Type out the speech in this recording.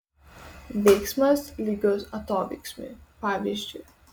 veiksmas lygus atoveiksmiui pavyzdžiui